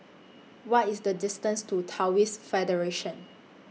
What IS The distance to Taoist Federation